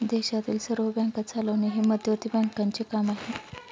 देशातील सर्व बँका चालवणे हे मध्यवर्ती बँकांचे काम आहे